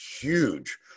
huge